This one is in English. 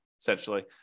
essentially